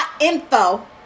info